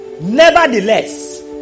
Nevertheless